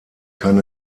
kann